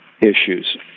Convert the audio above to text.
issues